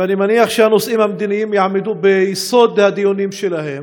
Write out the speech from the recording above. ואני מניח שהנושאים המדיניים יעמדו ביסוד הדיונים שלהם.